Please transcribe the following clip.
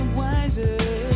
wiser